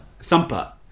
Thumper